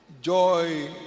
Joy